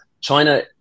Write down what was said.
China